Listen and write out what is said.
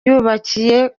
yubakiye